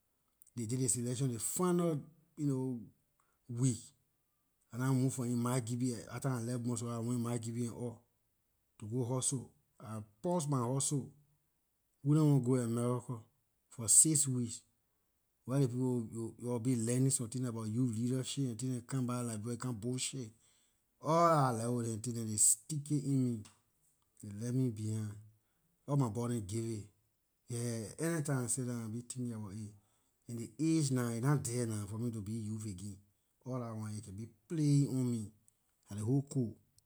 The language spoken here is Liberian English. They did ley selection ley final you know week I nah move from in margibi dah time I left monrovia I went margibi and all to go hustle I pause my hustle who nah want go america for six weeks wer ley people yor will be learning some tins dem about youth leadership and tin dem come back liberia you come bullshid all dah level and tin them they stick aay in me they left me behind all my boy neh give it yeah anytime I sit down I be thinking about it and ley age nah aay na there nah for me to be youth again all dah one it can be playing on me dah ley whole code